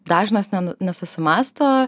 dažnas nesusimąsto